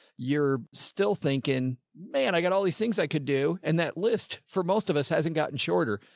you're still thinking, man, i got all these things i could do. and that list for most of us hasn't gotten shorter.